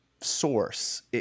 source